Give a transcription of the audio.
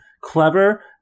clever